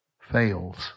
fails